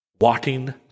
walking